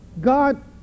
God